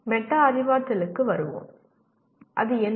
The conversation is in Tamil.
மெட்டா அறிவாற்றலுக்கு வருவோம் அது என்ன